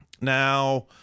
Now